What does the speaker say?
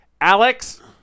Alex